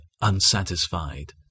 unsatisfied